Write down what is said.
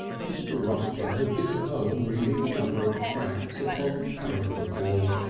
mr. rusper had been at home reading a number of tracts upon tariff reform,